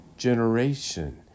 generation